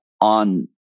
on